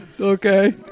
Okay